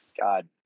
God